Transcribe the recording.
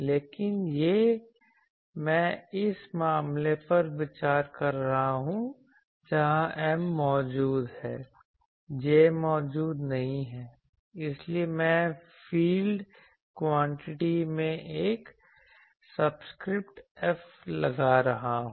लेकिन यह मैं इस मामले पर विचार कर रहा हूं जहां M मौजूद है J मौजूद नहीं है इसलिए मैं फील्ड क्वांटिटी में एक सबस्क्रिप्ट F लगा रहा हूं